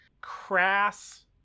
crass